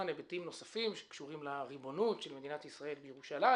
היבטים נוספים שקשורים לריבונות של מדינת ישראל בירושלים,